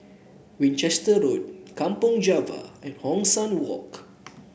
Winchester Road Kampong Java and Hong San Walk